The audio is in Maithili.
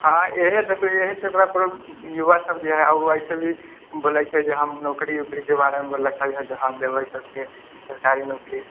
हँ एहे देखियौ एहे सँ ओकरा युवा सब जे है ओ वैसे भी बोले छै जे हम नौकरी ऊकरी के बारे मे बोललकै हॅं जे देबै सबके सरकारी नौकरी